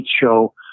show